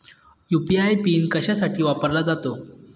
UPI PIN कशासाठी वापरला जातो?